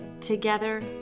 together